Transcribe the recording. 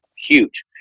huge